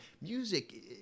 Music